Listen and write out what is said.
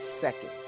second